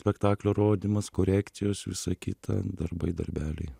spektaklio rodymas korekcijos visa kita darbai darbeliai